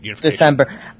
December